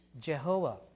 Jehovah